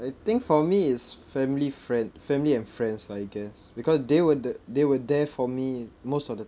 I think for me it's family friend family and friends I guess because they were th~ they were there for me most of the